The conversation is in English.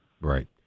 Right